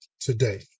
today